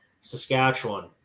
saskatchewan